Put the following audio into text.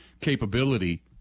capability